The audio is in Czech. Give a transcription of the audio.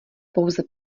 pouze